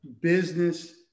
business